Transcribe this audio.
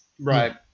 right